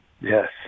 Yes